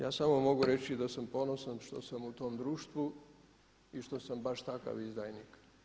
Ja samo mogu reći da sam ponosan što sam u tom društvu i što sam baš takav izdajnik.